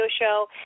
show